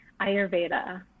Ayurveda